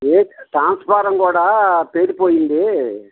ఈ ట్రాన్స్ఫార్మర్ కూడా పేలిపోయింది